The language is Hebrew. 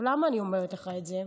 למה אני אומרת לך את זה?